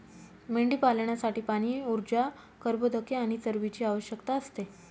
मेंढीपालनासाठी पाणी, ऊर्जा, कर्बोदके आणि चरबीची आवश्यकता असते